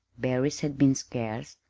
berries had been scarce,